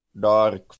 dark